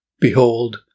Behold